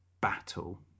battle